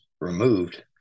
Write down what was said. removed